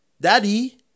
Daddy